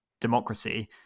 democracy